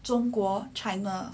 中国 china